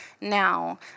now